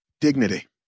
Dignity